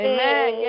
Amen